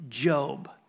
Job